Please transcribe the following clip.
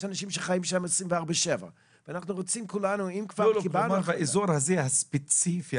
אנשים שחיים של 24/7 --- באזור הספציפי הזה,